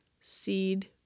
seed